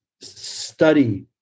study